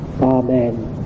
Amen